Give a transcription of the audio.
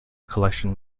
collection